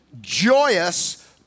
joyous